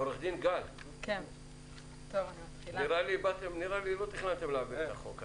עורכת דין גל, נראה לי לא תכננתם להעביר את החוק.